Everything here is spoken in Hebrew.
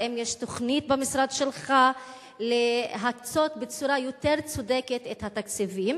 האם יש תוכנית במשרד שלך להקצות בצורה יותר צודקת את התקציבים?